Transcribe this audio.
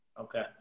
Okay